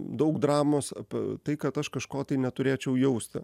daug dramos apie tai kad aš kažko tai neturėčiau jausti